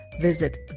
visit